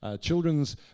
children's